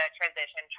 transition